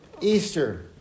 Easter